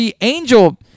Angel